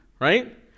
right